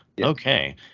Okay